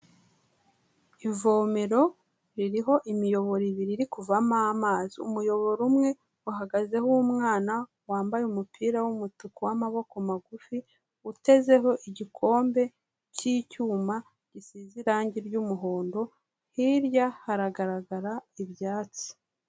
Ivomero ririho imiyoboro ibiri iri kuvamo amazi, umuyoboro umwe uhagazeho umwana wambaye umupira w'umutuku w'amaboko magufi, utezeho igikombe cy'icyuma, gisize irangi ry'umuhondo, hirya haragaragara ibyatsi.